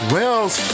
Wells